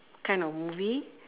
kind of movie